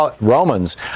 Romans